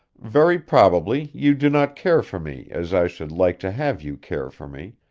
very probably you do not care for me as i should like to have you care for me,